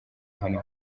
hano